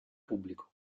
pubblico